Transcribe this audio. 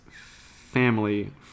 family